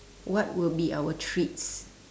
what will be our treats